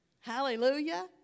hallelujah